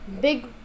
Big